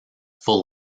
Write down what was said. full